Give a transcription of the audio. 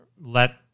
let